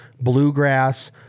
bluegrass—